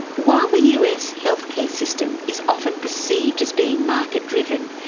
while the us healthcare system is often perceived as being market driven,